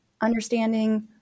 understanding